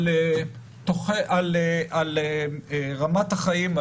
על רמת החיים,